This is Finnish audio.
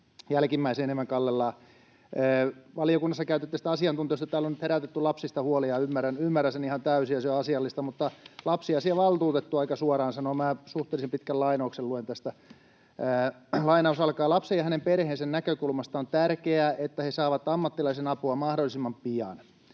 jälkimmäiseen enemmän kallellaan. Valiokunnassa käytettyjen asiantuntijoiden taholta on herätetty lapsista huolta. Ymmärrän sen ihan täysin, ja se on asiallista. Lapsiasiavaltuutettu aika suoraan sanoo, suhteellisen pitkän lainauksen luen tästä: ”Lapsen ja hänen perheensä näkökulmasta on tärkeää, että he saavat ammattilaisen apua mahdollisimman pian.